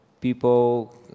people